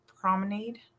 promenade